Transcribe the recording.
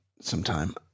sometime